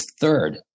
third